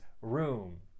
room